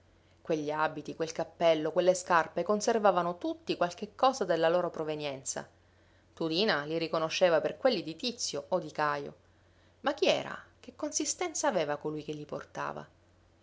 quegli abiti quel cappello quelle scarpe conservavano tutti qualche cosa della loro provenienza tudina li riconosceva per quelli di tizio o di cajo ma chi era che consistenza aveva colui che li portava